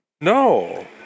No